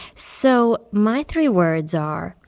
so my three words are,